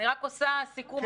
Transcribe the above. אני רק עושה סיכום עד כאן.